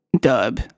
dub